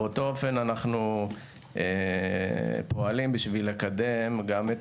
באותו אופן אנו פועלים כדי לקדם גם את